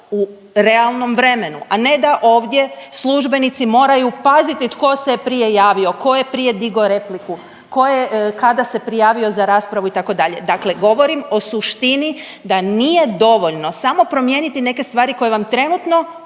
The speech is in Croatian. u realnom vremenu, a ne da ovdje službenici moraju paziti tko se je prije javio, tko je prije digao repliku, tko je kada se prijavio za raspravu itd. Dakle, govorim o suštini da nije dovoljno samo promijeniti neke stvari koje vam trenutno